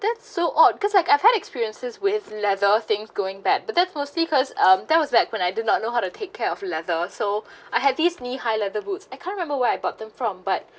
that's so odd cause like I've had experiences with leather thing going bad but that's mostly cause um that was back when I do not know how to take care of leather so I had this knee high leather boots I can't remember where I bought them from but